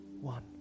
one